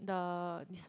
the